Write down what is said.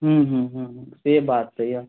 ह्म्म ह्म्म ह्म्म ह्म्म से बात तऽ यए